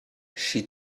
she